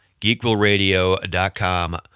geekvilleradio.com